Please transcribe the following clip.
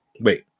Wait